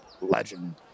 legend